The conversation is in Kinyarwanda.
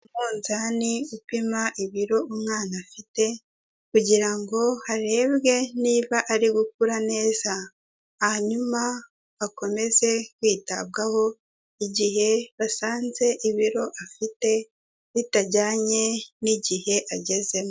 Umunzani upima ibiro umwana afite kugira ngo harebwe niba ari gukura neza, hanyuma akomeze kwitabwaho igihe basanze ibiro afite bitajyanye n'igihe agezemo.